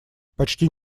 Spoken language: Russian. почти